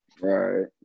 Right